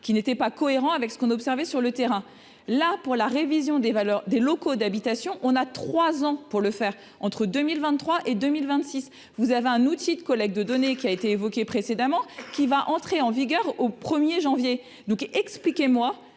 qui n'était pas cohérent avec ce qu'on a observé sur le terrain là pour la révision des valeurs, des locaux d'habitation, on a 3 ans pour le faire entre 2023 et 2026 vous avez un outil de collecte de données qui a été évoqué précédemment, qui va entrer en vigueur au 1er janvier donc, expliquez-moi